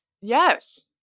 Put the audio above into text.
Yes